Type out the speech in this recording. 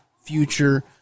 future